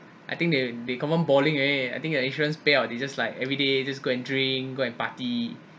I think they they confirm balling eh I think your insurance payout they just like every day just go and drink go and party